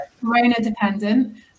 corona-dependent